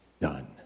done